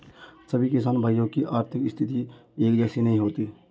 सभी किसान भाइयों की आर्थिक स्थिति एक जैसी नहीं होती है